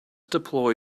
deploy